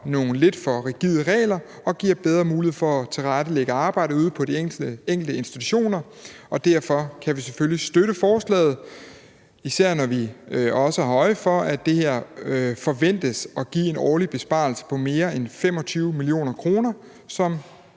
nogle lidt for rigide regler og giver bedre mulighed for at tilrettelægge arbejdet ude på de enkelte institutioner. Og derfor kan vi selvfølgelig støtte forslaget, især når vi også har øje for, at det her forventes at give en årlig besparelse på mere end 25 mio. kr., som